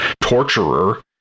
torturer